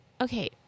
Okay